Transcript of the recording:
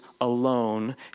alone